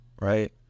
right